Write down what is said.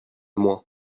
moins